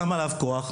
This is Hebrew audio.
שם עליו כוח,